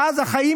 ואז החיים,